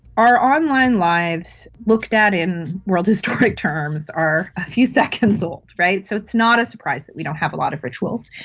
our online lives, looked at in world historic terms, are a few seconds old. so it's not a surprise that we don't have a lot of rituals,